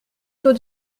taux